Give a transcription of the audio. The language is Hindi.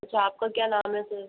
अच्छा आपका क्या नाम है सर